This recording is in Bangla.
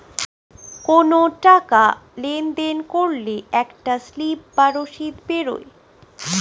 কোনো টাকা লেনদেন করলে একটা স্লিপ বা রসিদ বেরোয়